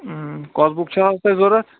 کۅس book چھَو حظ تۄہہِ ضروٗرت